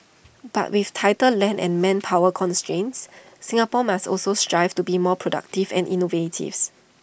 but with tighter land and manpower constraints Singapore must also strive to be more productive and innovative